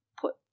put